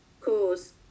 cause